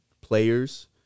players